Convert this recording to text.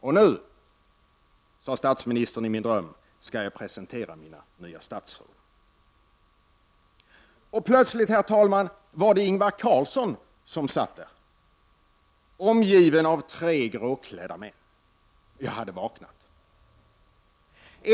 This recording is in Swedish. Och nu — sade statsministern i min dröm — skall jag presentera mina nya statsråd. Och plötsligt, herr talman, var det Ingvar Carlsson som satt där, omgiven av tre gråklädda män. Jag hade vaknat!